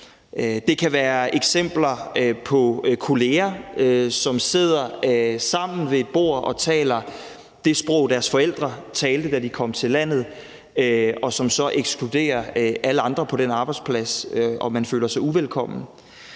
Der kan være eksempler, hvor kolleger sidder sammen ved et bord og taler det sprog, deres forældre talte, da de kom til landet, og som så ekskluderer alle andre på den arbejdsplads, så man føler sig uvelkommen.